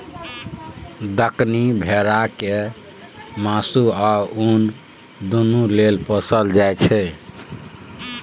दक्कनी भेरा केँ मासु आ उन दुनु लेल पोसल जाइ छै